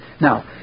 Now